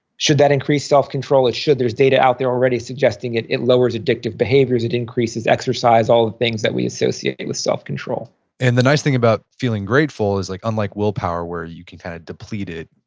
should that increase self-control? it should. there's data out there already suggesting it it lowers addictive behaviors, it increases exercise, all the things that we associate with self-control and the nice thing about feeling grateful is like unlike willpower where you can kind of deplete it,